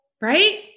right